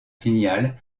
signal